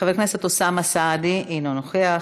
חבר הכנסת אוסאמה סעדי, אינו נוכח.